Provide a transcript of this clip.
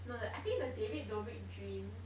no no I think the david dobrik dream